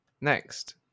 Next